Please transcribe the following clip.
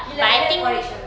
you like you like porridge ah